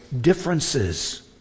differences